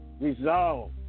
resolve